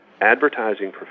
advertising